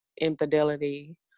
infidelity